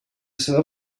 seva